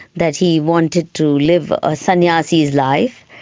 that he wanted to live a sanyasi's life.